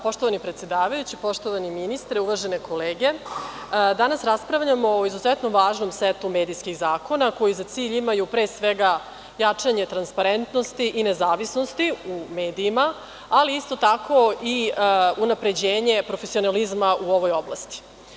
Poštovani predsedavajući, uvaženi ministre, danas raspravljamo o izuzetno važnom setu medijskih zakona koji za cilj imaju, pre svega, jačanje transparentnosti i nezavisnosti u medijima, ali isto tako i unapređenje profesionalizma u ovoj oblasti.